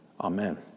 Amen